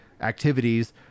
activities